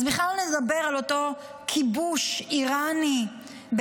אז הוא בכלל לא מדבר על אותו כיבוש איראני בעיראק,